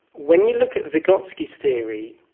when you look at vygotsky's theory,